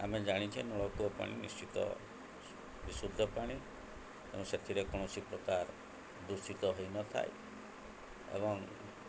ଆମେ ଜାଣିଛେ ନୂଳକୂଅ ପାଣି ନିଶ୍ଚିତ ବିଶୁଦ୍ଧ ପାଣି ତେଣୁ ସେଥିରେ କୌଣସି ପ୍ରକାର ଦୂଷିତ ହୋଇନଥାଏ ଏବଂ